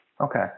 okay